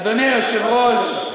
אדוני היושב-ראש,